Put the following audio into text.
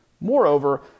Moreover